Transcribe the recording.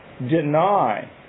deny